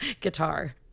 guitar